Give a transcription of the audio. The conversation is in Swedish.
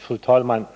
Fru talman!